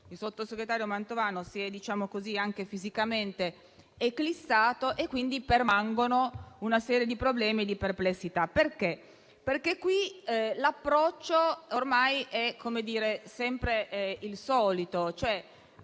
il sottosegretario Mantovano si è anche fisicamente eclissato e quindi permangono una serie di problemi e di perplessità, perché qui l'approccio ormai è sempre il solito: